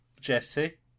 Jesse